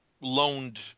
loaned